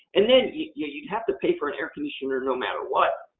and then, yeah you'd have to pay for an air conditioner no matter what.